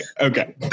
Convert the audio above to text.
Okay